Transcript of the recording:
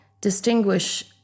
distinguish